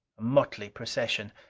motley procession!